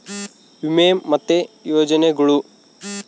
ವಿಮೆ ಮತ್ತೆ ಯೋಜನೆಗುಳು